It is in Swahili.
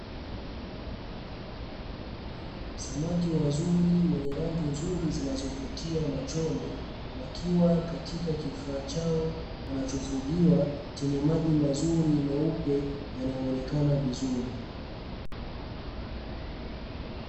Samaki wazuri wenye rangi nzuri zinazovutia machoni, wakiwa katika kifaa chao wanachofugiwa chenye maji mazuri meupe yanayoonekana vizuri.